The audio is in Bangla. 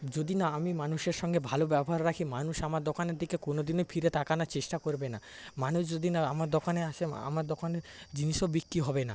যদি না আমি মানুষের সঙ্গে ভালো ব্যবহার রাখি মানুষ আমার দোকানের দিকে কোনোদিনই ফিরে তাকানোর চেষ্টা করবে না মানুষ যদি না আমার দোকানে আসে আমার দোকানের জিনিসও বিক্রি হবে না